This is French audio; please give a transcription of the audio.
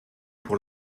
pour